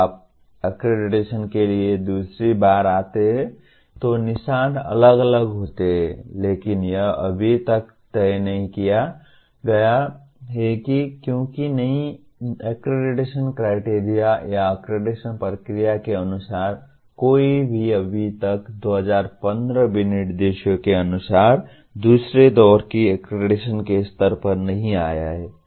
जब आप अक्रेडिटेशन के लिए दूसरी बार आते हैं तो निशान अलग अलग होते हैं लेकिन यह अभी तक तय नहीं किया गया है क्योंकि नई अक्रेडिटेशन क्राइटेरिया या अक्रेडिटेशन प्रक्रिया के अनुसार कोई भी अभी तक 2015 विनिर्देशों के अनुसार दूसरे दौर की अक्रेडिटेशन के स्तर पर नहीं आया है